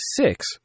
six